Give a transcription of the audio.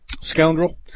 scoundrel